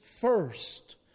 first